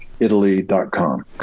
Italy.com